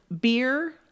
beer